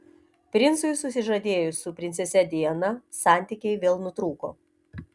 princui susižadėjus su princese diana santykiai vėl nutrūko